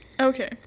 Okay